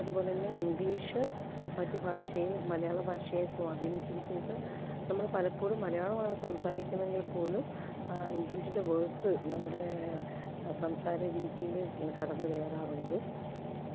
അതുപോലെ തന്നെ ഇങ്ക്ളീഷ് മറ്റ് ഭാഷയിൽ മലയാള ഭാഷയെ സ്വാധീനിച്ചിരിക്കുന്നത് നമ്മൾ പലപ്പോഴും മലയാളവാണ് സംസാരിക്കുന്നെങ്കിൽപ്പോലും ഇങ്ക്ളീഷിന്റെ വേർഡ്സ്സ് നമ്മുടെ സംസാര രീതീൽ കടന്നു കയറാറുണ്ട്